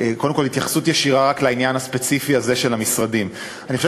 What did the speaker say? קודם כול התייחסות ישירה רק לעניין הספציפי הזה של המשרדים: אני חושב